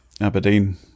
Aberdeen